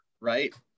Right